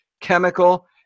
chemical